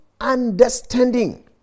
understanding